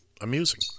amusing